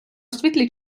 світлі